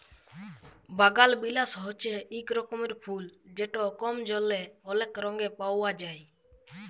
বাগালবিলাস হছে ইক রকমের ফুল যেট কম জলে অলেক রঙে পাউয়া যায়